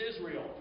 Israel